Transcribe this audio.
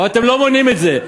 אבל אתם לא מונעים את זה,